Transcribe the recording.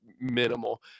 minimal